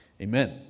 Amen